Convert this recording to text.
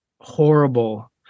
horrible